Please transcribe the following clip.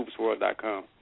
hoopsworld.com